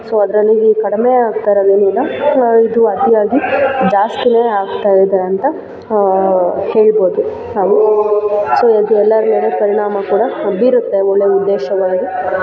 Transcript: so ಅದರಲ್ಲಿ ಕಡಿಮೆ ಆಗ್ತಾ ಇರೋದೇನಿಲ್ಲ ಇದು ಅತಿಯಾಗಿ ಜಾಸ್ತಿನೇ ಆಗ್ತಾ ಇದೆ ಅಂತ ಹೇಳ್ಬೋದು ಹಾಗೂ ಸೊ ಇದು ಎಲ್ಲರ ಮೇಲೆ ಪರಿಣಾಮ ಕೂಡ ಬೀರುತ್ತೆ ಒಳ್ಳೆಯ ಉದ್ದೇಶಗಳಲ್ಲಿ